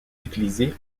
utilisée